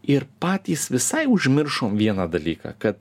ir patys visai užmiršom vieną dalyką kad